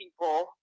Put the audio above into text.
people